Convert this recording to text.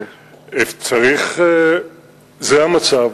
זה המצב.